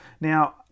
Now